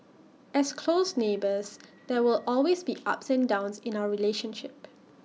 as close neighbours there will always be ups and downs in our relationship